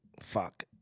fuck